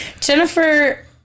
Jennifer